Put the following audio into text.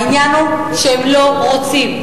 העניין הוא שהם לא רוצים,